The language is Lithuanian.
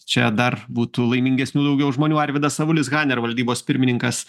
čia dar būtų laimingesnių daugiau žmonių arvydas avulis hanner valdybos pirmininkas